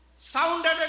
sounded